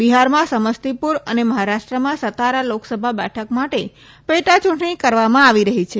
બિહારમાં સમસ્તીપુર અને મહારાષ્ટ્રમાં સતારા લોકસભા બેઠક માટે પેટાચુંટણી કરવામાં આવી રહી છે